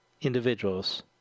individuals